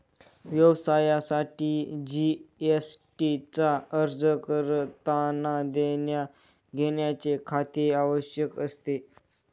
व्यवसायासाठी जी.एस.टी चा अर्ज करतांना देण्याघेण्याचे खाते आवश्यक असते